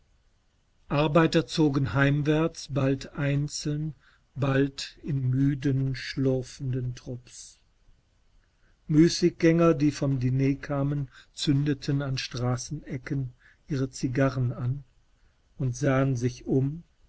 zogen heimwärts bald einzeln bald in müden schlurfenden trupps müßiggänger die vom diner kamen zündeten an straßenecken ihre zigarren an und sahensichum unentschlossen